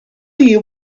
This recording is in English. you